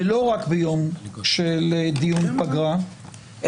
ולא רק ביום של דיון פגרה,